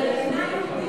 זאת מדינה יהודית,